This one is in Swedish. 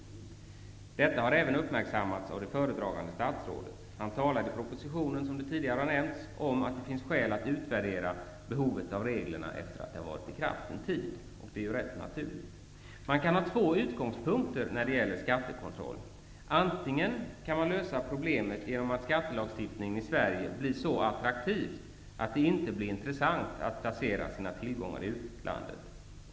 Detta har även uppmärksammats av föredragande statsrådet. Han säger i propositionen, som tidigare har nämnts, att det kan finnas skäl att utvärdera behovet av reglerna, efter det att de varit i kraft en tid. Man kan ha två utgångspunkter när det gäller skattekontroll. Antingen kan man lösa problemet genom att skattelagstiftningen i Sverige blir så attraktiv att det inte blir intressant att placera tillgångar i utlandet.